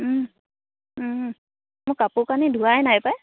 মোৰ কাপোৰ কানি ধোৱাই নাই পায়